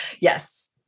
Yes